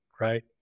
right